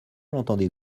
l’entendez